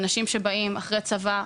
אנשים שבאים אחרי צבא,